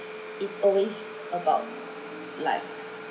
it's always about luck